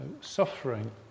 Suffering